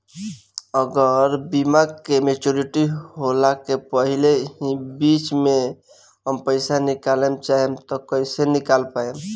अगर बीमा के मेचूरिटि होला के पहिले ही बीच मे हम पईसा निकाले चाहेम त कइसे निकाल पायेम?